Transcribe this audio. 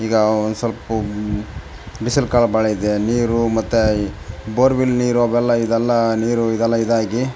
ಈಗ ಒನ್ಸೊಲ್ಪ ಬಿಸ್ಲುಕಾಲ ಭಾಳ ಇದೆ ನೀರು ಮತ್ತು ಈ ಬೋರ್ವಿಲ್ ನೀರು ಅವೆಲ್ಲ ಇದೆಲ್ಲ ನೀರು ಇದೆಲ್ಲ ಇದಾಗಿ